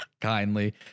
kindly